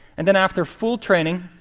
and then after full training,